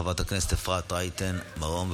חברת הכנסת אפרת רייטן מרום,